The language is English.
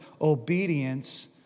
obedience